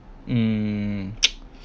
hmm